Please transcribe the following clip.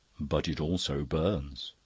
but it also burns.